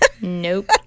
nope